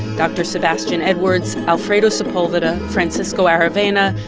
dr. sebastian edwards, alfredo sepulveda, francisco aravena,